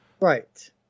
Right